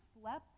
slept